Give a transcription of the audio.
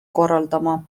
korraldama